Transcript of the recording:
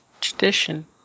tradition